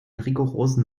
rigorosen